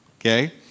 okay